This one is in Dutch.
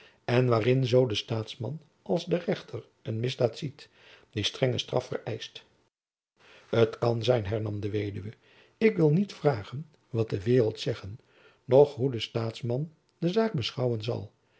en waarin zoo de staatsman als de rechter een misdaad ziet die strenge straf vereischt t kan zijn hernam de weduwe ik wil niet vragen wat de waereld zeggen nog hoe de staatsman de zaak beschouwen zal